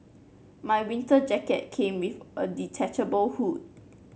my winter jacket came with a detachable hood